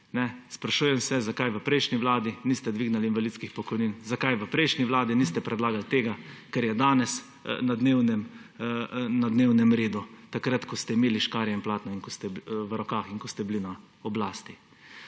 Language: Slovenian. Sprašujem se, zakaj v prejšnji vladi niste dvignili invalidskih pokojnin, zakaj v prejšnji vladi niste predlagali tega, kar je danes na dnevnem redu, takrat ko ste imeli škarje in platno v rokah ter ko ste bili na oblasti.